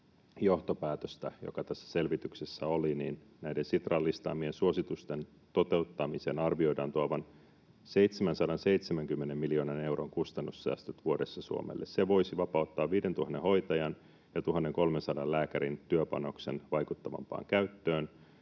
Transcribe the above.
johtopäätöstä, joka tässä selvityksessä oli, niin näiden Sitran listaamien ”suositusten toteuttamisen arvioidaan tuovan 770 miljoonan euron kustannussäästöt vuodessa Suomelle. Se voisi vapauttaa 5 000 hoitajan ja 1 300 lääkärin työpanoksen vaikuttavampaan käyttöön,